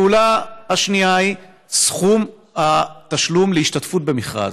הפעולה השנייה: סכום התשלום להשתתפות במכרז.